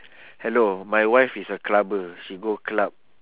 hello my wife is a clubber she go club